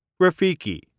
Rafiki